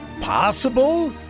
possible